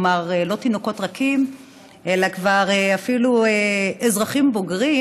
כלומר לא תינוקות רכים אלא כבר אפילו אזרחים בוגרים,